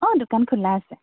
অ দোকান খোলা আছে